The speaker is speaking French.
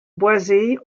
boisée